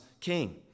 king